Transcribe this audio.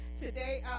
today